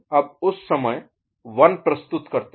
अब आप उस समय 1 प्रस्तुत करते हैं